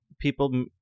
people